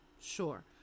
Sure